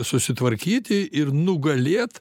susitvarkyti ir nugalėt